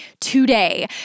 today